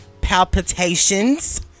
palpitations